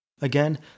Again